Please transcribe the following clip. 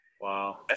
Wow